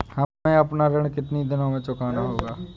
हमें अपना ऋण कितनी दिनों में चुकाना होगा?